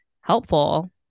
helpful